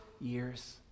years